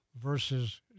versus